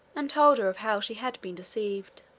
and told her of how she had been deceived.